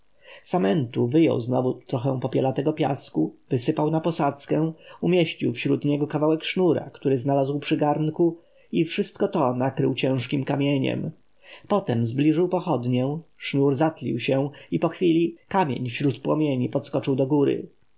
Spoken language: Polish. samentu wyjął znowu trochę popielatego piasku wysypał na posadzkę umieścił wśród niego kawałek sznura który znalazł przy garnku i wszystko to nakrył ciężkim kamieniem potem zbliżył pochodnię sznur zatlił się i po chwili kamień wśród płomieni podskoczył do góry